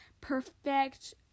perfect